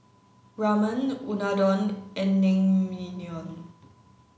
Ramen Unadon and Naengmyeon